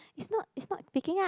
it's not it's not picking up